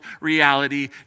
reality